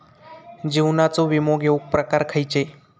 जीवनाचो विमो घेऊक प्रकार खैचे?